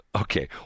Okay